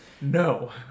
no